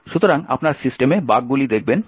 সুতরাং আপনি সিস্টেমে বাগগুলি দেখবেন